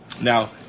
Now